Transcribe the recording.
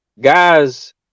guys